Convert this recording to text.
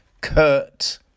Kurt